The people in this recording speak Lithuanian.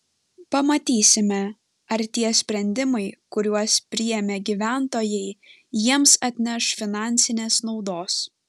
pamatysime ar tie sprendimai kuriuos priėmė gyventojai jiems atneš finansinės naudos